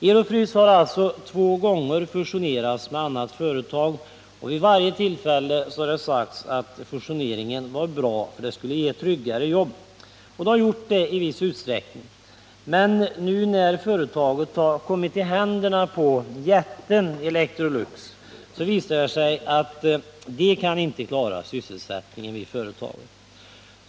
Ero-Frys har alltså två gånger fusionerats med annat företag, och vid varje tillfälle har det sagts att fusionen var bra för den skulle ge tryggare jobb. Det har gjort det i viss utsträckning, men nu när företaget har kommit i händerna på jätten Electrolux visar det sig att den koncernen inte kan klara sysselsättningen vid företaget.